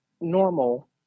normal